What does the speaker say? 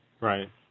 Right